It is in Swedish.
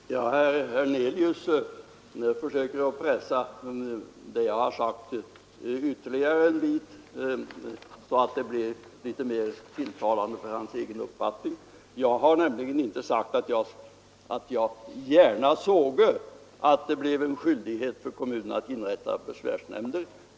Herr talman! Herr Hernelius försöker pressa det jag har sagt ytterligare en bit så att det blir litet mer tilltalande för hans egen uppfattning. Jag har inte sagt att jag gärna såge en skyldighet för kommunerna att inrätta besvärsnämnder.